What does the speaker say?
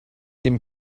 dem